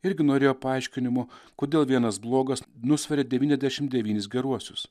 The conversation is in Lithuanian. irgi norėjo paaiškinimų kodėl vienas blogas nusveria devyniasdešim devynis geruosius